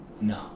no